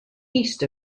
east